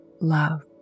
love